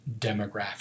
demographic